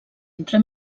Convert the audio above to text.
entre